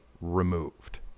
removed